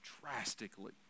drastically